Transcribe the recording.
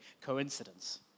coincidence